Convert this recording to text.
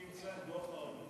הממשלה אימצה את דוח העוני,